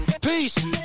Peace